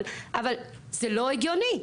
אבל זה לא הגיוני.